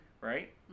right